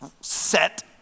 set